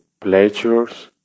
pleasures